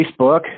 Facebook